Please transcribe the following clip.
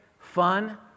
fun